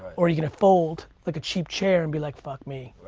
or you gonna fold like a cheap chair and be like, fuck me.